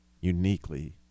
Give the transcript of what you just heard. uniquely